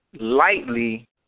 lightly